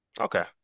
Okay